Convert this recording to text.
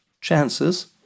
chances